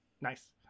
Nice